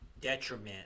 detriment